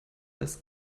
als